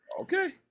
Okay